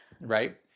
right